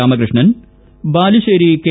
Ramakrishnan Balussery K